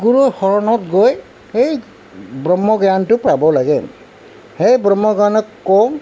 গুৰু শৰণত গৈ সেই ব্ৰহ্মজ্ঞানটো পাব লাগে সেই ব্ৰহ্মজ্ঞানত কওঁ